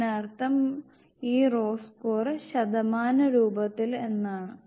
ഇതിനർത്ഥം ഈ raw score ശതമാന രൂപത്തിലാണ് എന്നാണ്